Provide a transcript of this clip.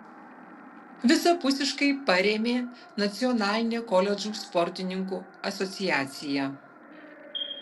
visapusiškai parėmė nacionalinė koledžų sportininkų asociacija